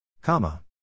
Comma